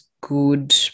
good